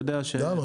למה?